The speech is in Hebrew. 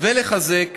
ולחזק